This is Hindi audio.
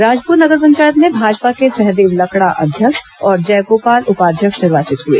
राजपुर नगर पंचायत में भाजपा के सहदेव लकडा अध्यक्ष और जयगोपाल उपाध्यक्ष निर्वाचित हुए